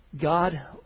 God